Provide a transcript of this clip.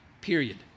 Period